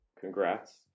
Congrats